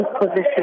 position